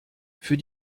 für